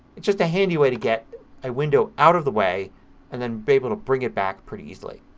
it's just a handy way to get a window out of the way and then be able to bring it back pretty easily.